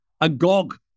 agog